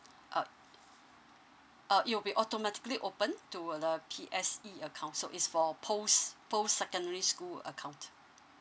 uh uh it'll be automatically opened to the P_S_E account so is for post post secondary school account